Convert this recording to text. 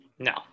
No